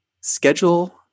schedule